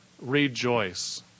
rejoice